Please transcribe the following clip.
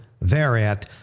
thereat